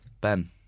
Ben